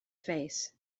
face